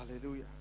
Hallelujah